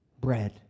bread